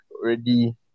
already